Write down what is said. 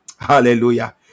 Hallelujah